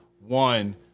one